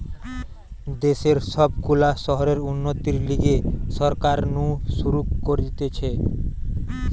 দেশের সব গুলা শহরের উন্নতির লিগে সরকার নু শুরু করতিছে